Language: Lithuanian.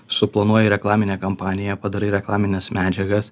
suplanuoji reklaminę kampaniją padarai reklamines medžiagas